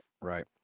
right